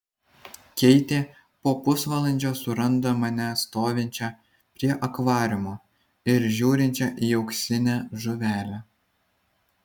keitė po pusvalandžio suranda mane stovinčią prie akvariumo ir žiūrinčią į auksinę žuvelę